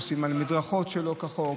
נוסעים על מדרכות שלא כחוק,